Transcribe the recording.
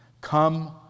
Come